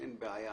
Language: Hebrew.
שאין בעיה